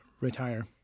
Retire